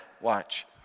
Watch